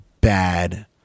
bad